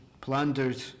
plundered